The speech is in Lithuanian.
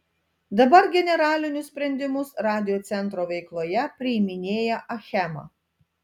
dabar generalinius sprendimus radiocentro veikloje priiminėja achema